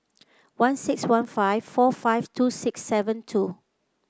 one six one five four five two six seven two